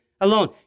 alone